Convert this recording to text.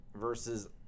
versus